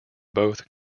both